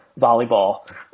volleyball